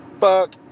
fuck